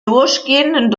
durchgehenden